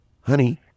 honey